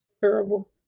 Terrible